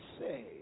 say